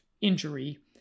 injury